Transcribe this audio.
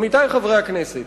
עמיתי חברי הכנסת,